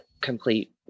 complete